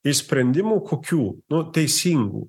iš sprendimų kokių nu teisingų